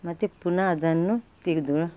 ಮತ್ತೆ ಪುನಃ ಅದನ್ನು ತೆಗೆದು